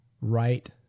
right